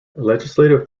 legislative